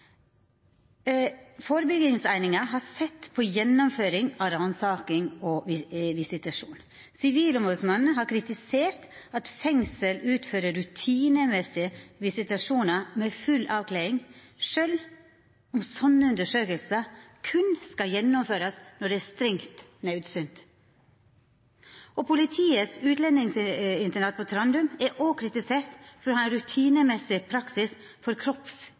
har sett på gjennomføringa av ransaking og visitasjon. Sivilombodsmannen har kritisert at fengsel utfører rutinemessig visitasjon med full avkleding, sjølv om slike undersøkingar berre skal gjennomførast når det er strengt naudsynt. Politiets utlendingsinternat på Trandum er òg kritisert for å ha ein rutinemessig praksis for